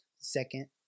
second